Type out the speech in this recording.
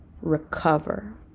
recover